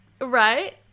right